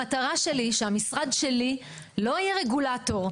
המטרה שלי היא שהמשרד שלי לא יהיה רגולטור,